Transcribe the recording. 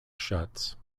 shuts